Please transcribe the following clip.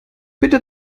bitte